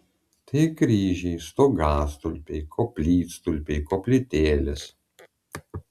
tai kryžiai stogastulpiai koplytstulpiai koplytėlės